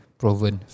proven